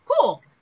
Cool